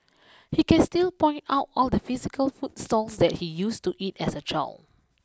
he can still point out all the physical food stalls that he used to eat at as a child